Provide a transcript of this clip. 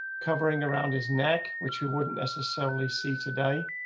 covering around his neck, which you wouldn't necessarily see today.